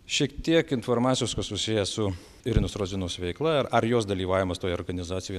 šiek tiek informacijos kas susiję su irinos rozinos veikla ar jos dalyvavimas toj organizacijoj